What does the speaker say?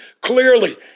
clearly